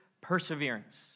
perseverance